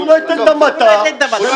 עזוב.